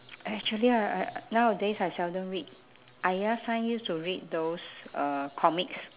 actually I I nowadays I seldom read I last time used to read those uh comics